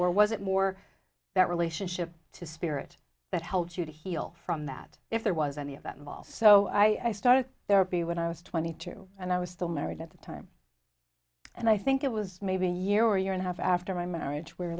or was it more that relationship to spirit that helped you to heal from that if there was any of that involved so i started there be when i was twenty two and i was still married at the time and i think it was maybe a year or year and a half after my marriage where